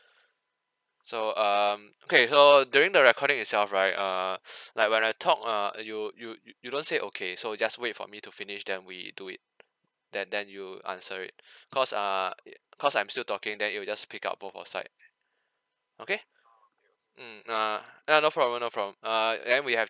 so um okay so during the recording itself right err like when I talk uh you you you don't say okay so just wait for me to finish then we do it then then you answer it cause uh uh cause I'm still talking then it'll just pick up for both side okay mm uh uh no problem no problem then we have